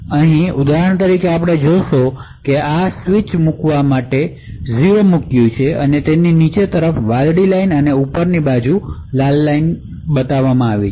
અહીં ઉદાહરણ તરીકે તમે જોશો કે આપણે આ સ્વીચ માટે 0 મુક્યું છે અને તે નીચેની તરફ વાદળી રેખા અને ઉપરની બાજુ લાલ લાઇન લઈ જશે